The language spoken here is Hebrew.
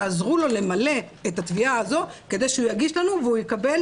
תעזרו לו למלא את התביעה הזו כדי שהוא יגיש לנו ויקבל,